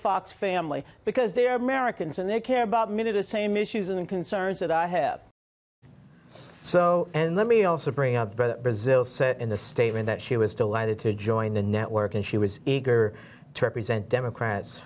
fox family because they are americans and they care about me to the same issues and concerns that i have so and let me also bring up the brazil in the statement that she was delighted to join the network and she was eager to represent democrats